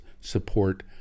support